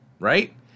right